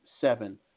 seven